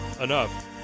enough